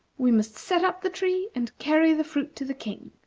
we must set up the tree and carry the fruit to the king.